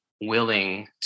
willing